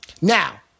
Now